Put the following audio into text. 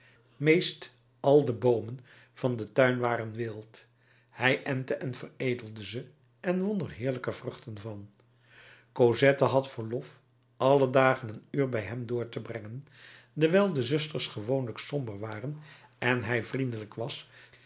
meest al de boomen van den tuin waren wild hij entte en veredelde ze en won er heerlijke vruchten van cosette had verlof alle dagen een uur bij hem door te brengen dewijl de zusters gewoonlijk somber waren en hij vriendelijk was